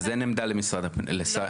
אז אין עמדה למשרד הפנים?